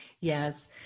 Yes